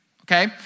okay